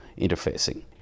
interfacing